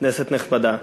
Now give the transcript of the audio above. כנסת נכבדה,